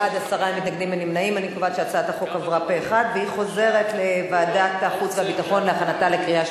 התשע"ב 2012, לוועדת החוץ והביטחון נתקבלה.